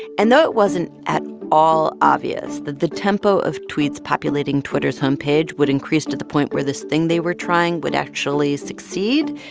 and though it wasn't at all obvious that the tempo of tweets populating twitter's homepage would increase to the point where this thing they were trying would actually succeed,